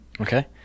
Okay